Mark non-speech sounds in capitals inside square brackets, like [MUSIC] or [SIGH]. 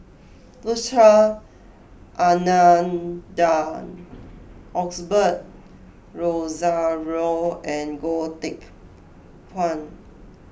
[UNINTELLIGIBLE] Anandan Osbert Rozario and Goh Teck Phuan